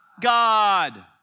God